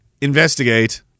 investigate